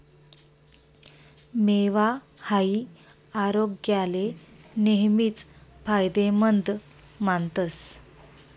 मेवा हाई आरोग्याले नेहमीच फायदेमंद मानतस